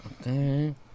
Okay